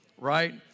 right